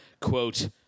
quote